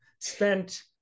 spent